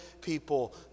people